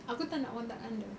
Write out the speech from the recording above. aku tak nak contact dengan dia